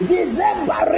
December